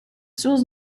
source